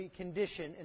condition